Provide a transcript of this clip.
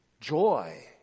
Joy